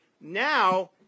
Now